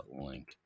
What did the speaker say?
link